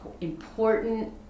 important